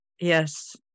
Yes